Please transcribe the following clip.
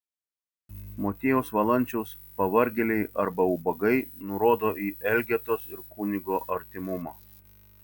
motiejaus valančiaus pavargėliai arba ubagai nurodo į elgetos ir kunigo artimumą